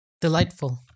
Delightful